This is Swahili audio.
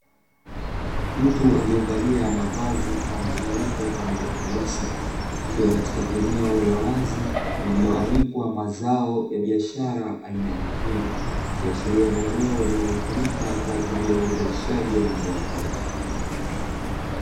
Mtu aliyevalia mavazi ya rangi nyeupe pamoja na meusi, akiwa katika eneo la wazi lililoanikwa mazao ya biashara aina ya mahindi. Ikiashiria ni eneo linalotumika kwa ajili ya uzalishaji wa mazao hayo.